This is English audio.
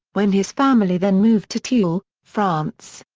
when his family then moved to tulle, france.